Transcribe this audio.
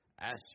Ask